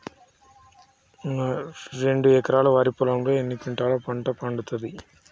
నా రెండు ఎకరాల వరి పొలంలో ఎన్ని క్వింటాలా పంట పండుతది?